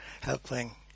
helping